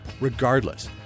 Regardless